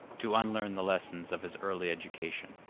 to unlearn the lessons of his early education.